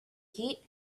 heat